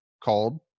called